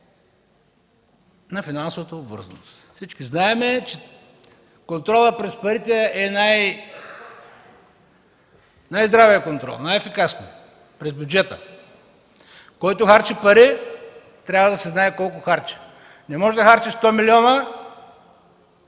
на финансовата обвързаност. Всички знаем, че контролът през парите е здравият контрол, най-ефикасният – през бюджета. Който харчи пари трябва да се знае колко харчи. Не можеш да харчиш 100 милиона